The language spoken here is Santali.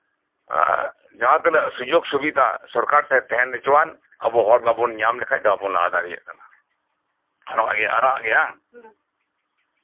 ᱡᱟᱦᱟᱸ ᱛᱤᱱᱟᱹᱜ ᱥᱩᱡᱳᱜ ᱥᱩᱵᱤᱫᱷᱟ ᱥᱚᱨᱠᱟᱨ ᱴᱷᱮᱱ ᱛᱟᱦᱮᱸ ᱦᱚᱪᱚᱣᱟᱱ ᱟᱵᱚ ᱦᱚᱲ ᱡᱚᱫᱤ ᱫᱟᱣ ᱵᱟᱵᱚᱱ ᱧᱟᱢ ᱞᱮᱠᱷᱟᱱ ᱵᱟᱵᱚᱱ ᱞᱟᱦᱟ ᱫᱟᱲᱮᱭᱟᱜᱼᱟ ᱱᱚᱜᱼᱚᱭ ᱟᱨᱟᱜ ᱜᱮ ᱵᱟᱝ ᱦᱮ ᱸ